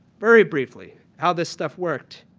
very briefly how this stuff worked,